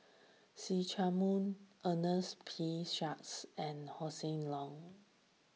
See Chak Mun Ernest P Shanks and Hossan Leong